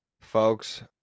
Folks